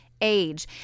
Age